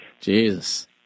Jesus